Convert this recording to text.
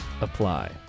apply